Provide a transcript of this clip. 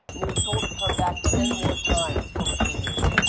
and he was told to come back ten more times over two years.